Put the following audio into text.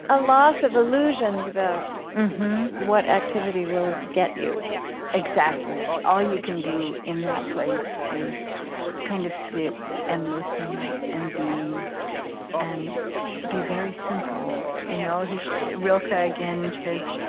a loss of illusions about what activity will get you exactly. all you can do in that place is kind of sit and listen and be and be very simple. you know rilke, again, says,